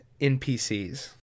NPCs